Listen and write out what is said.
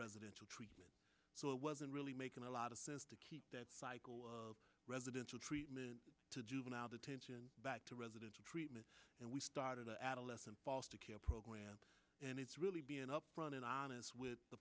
residential treatment so it wasn't really making a lot of sense to keep that residential treatment to juvenile detention back to residential treatment and we started the adolescent foster care program and it's really been upfront and honest with the